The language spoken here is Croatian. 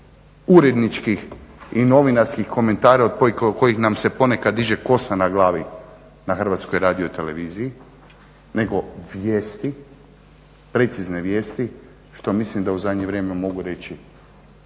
uredničkih i novinarskih komentara od kojih nam se ponekad diže kosa na glavi na HRT-u nego vijesti, precizne vijesti što mislim da u zadnje vrijeme mogu reći